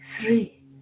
three